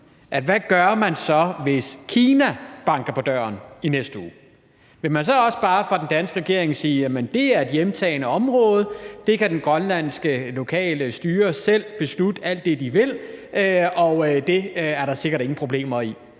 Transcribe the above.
Hvad gør man så, hvis Kina banker på døren i næste uge? Vil man så også bare fra den danske regering sige: Jamen det er et hjemtaget område; der kan det grønlandske lokale styre selv beslutte alt det, de vil, og det er der sikkert ingen problemer i?